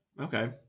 Okay